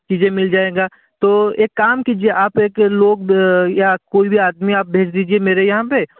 चीज़ें मिल जाएगा तो एक काम कीजिए आप एक लोग या कोई भी आदमी आप भेज दीजिए मेरे यहाँ पे